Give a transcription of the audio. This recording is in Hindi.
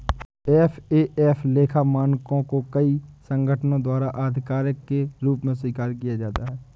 एफ.ए.एफ लेखा मानकों को कई संगठनों द्वारा आधिकारिक के रूप में स्वीकार किया जाता है